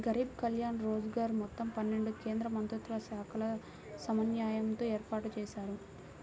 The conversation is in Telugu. గరీబ్ కళ్యాణ్ రోజ్గర్ మొత్తం పన్నెండు కేంద్రమంత్రిత్వశాఖల సమన్వయంతో ఏర్పాటుజేశారు